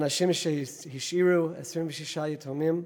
אנשים שהשאירו 26 יתומים,